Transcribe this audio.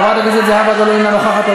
חברת הכנסת זהבה גלאון, אינה נוכחת.